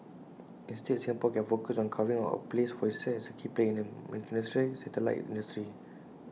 instead Singapore can focus on carving out A place for itself as A key player in miniaturised satellite industry